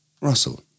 Russell